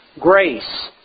grace